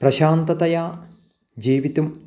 प्रशान्ततया जीवितुम्